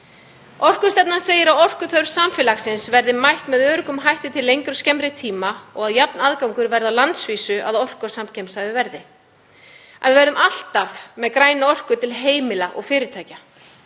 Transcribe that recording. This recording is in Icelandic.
Orkustefnan segir að orkuþörf samfélagsins verði mætt með öruggum hætti til lengri og skemmri tíma og að jafn aðgangur verði á landsvísu að orku á samkeppnishæfu verði, að við verðum alltaf með græna orku til heimila og fyrirtækja.